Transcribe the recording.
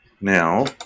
now